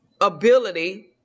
ability